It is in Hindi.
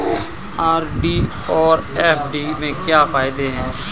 आर.डी और एफ.डी के क्या फायदे हैं?